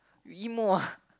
you emo ah